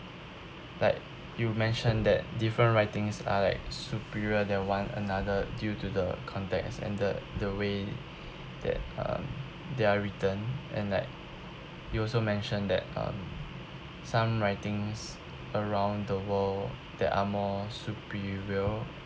like you mentioned that different writings are like superior than one another due to the context as and the the way that um they are written and like you also mention that some writings around the world that are more superior